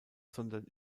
sondern